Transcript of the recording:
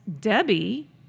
Debbie